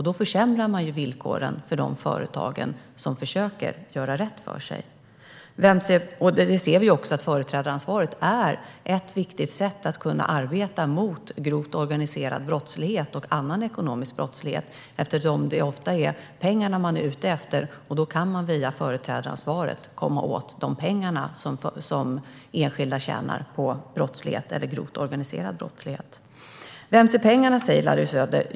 Då försämrar man villkoren för de företag som försöker göra rätt för sig. Vi anser att företrädaransvaret är ett viktigt sätt att arbeta mot grov organiserad brottslighet och annan ekonomisk brottslighet. Eftersom det oftast är pengarna man är ute efter går det att via företrädaransvaret komma åt de pengar som enskilda tjänar på brottslighet eller grov organiserad brottslighet. Larry Söder talade om vems pengarna är.